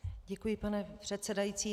Děkuji, pane předsedající.